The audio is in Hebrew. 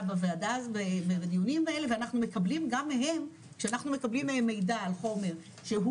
בוועדה ובדיונים האלה ואנחנו מקבלים גם מהם מידע על חומר שהוא